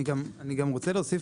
אני רוצה להוסיף